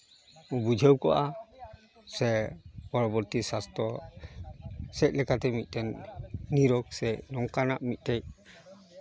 ᱵᱩᱡᱷᱟᱹᱣ ᱠᱚᱜᱼᱟ ᱥᱮ ᱯᱚᱨᱚᱵᱚᱨᱛᱤ ᱥᱟᱥᱛᱷᱚ ᱥᱮᱡ ᱞᱮᱠᱟᱛᱮ ᱢᱤᱫᱴᱮᱱ ᱱᱤᱨᱳᱜᱽ ᱥᱮ ᱱᱚᱝᱠᱟᱱᱟᱜ ᱢᱤᱫᱴᱮᱡ